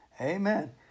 Amen